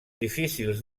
difícils